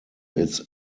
its